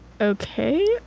okay